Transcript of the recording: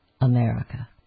America